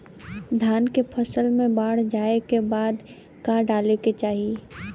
धान के फ़सल मे बाढ़ जाऐं के बाद का डाले के चाही?